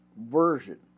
version